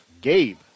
Gabe